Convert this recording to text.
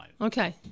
Okay